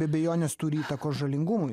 be abejonės turi įtakos žalingumui